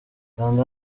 kanda